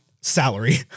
salary